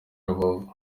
rubavu